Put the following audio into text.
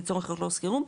לצורך אכלוס חירום,